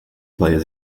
players